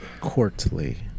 Courtly